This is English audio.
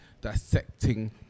dissecting